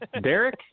Derek